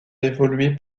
évolué